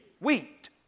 wheat